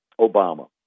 Obama